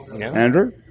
Andrew